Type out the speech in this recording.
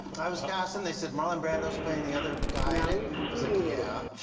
i was cast and they said, marlon brando is playing the other guy in it. i was like, yeah.